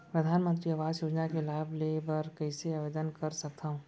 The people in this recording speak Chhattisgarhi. परधानमंतरी आवास योजना के लाभ ले बर कइसे आवेदन कर सकथव?